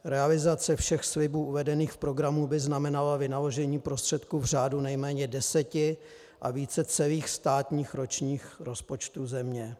Realizace všech slibů uvedených v programu by znamenala vynaložení prostředků v řádu nejméně deseti a více celých státních rozpočtů země.